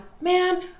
Man